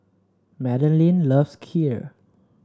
Madaline loves Kheer